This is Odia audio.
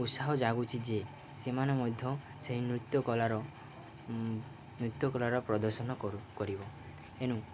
ଉତ୍ସାହ ଜାଗୁଛି ଯେ ସେମାନେ ମଧ୍ୟ ସେହି ନୃତ୍ୟ କଲାର ନୃତ୍ୟ କଲାର ପ୍ରଦର୍ଶନ କରିବ ଏଣୁ